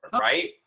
right